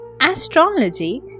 Astrology